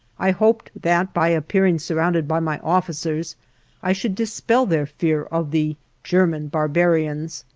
i hoped that by appearing surrounded by my officers i should dispel their fear of the german barbarians.